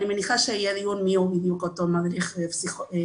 אני מניחה שיהיה דיון מיהו בדיוק אותו מדריך חינוכי,